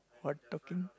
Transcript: what talking